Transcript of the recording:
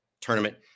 tournament